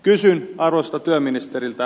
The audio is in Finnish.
kysyn arvoisalta työministeriltä